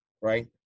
right